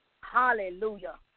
hallelujah